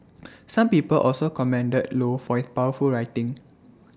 some people also commended low for his powerful writing